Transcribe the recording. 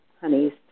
honeys